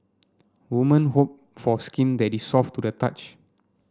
woman hope for skin that is soft to the touch